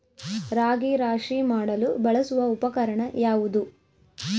ರಾಗಿ ರಾಶಿ ಮಾಡಲು ಬಳಸುವ ಉಪಕರಣ ಯಾವುದು?